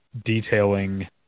detailing